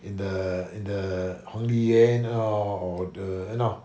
in the in the 黄梨园 hor or the end up